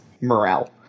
morale